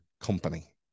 company